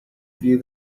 view